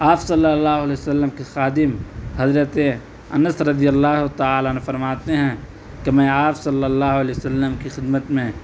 آپ صلی اللّہ علیہ و سلّم کے خادم حضرت انس رضی اللّہ تعالیٰ عنہ فرماتے ہیں کہ میں آپ صلی اللہ علیہ و سلم کی خدمت میں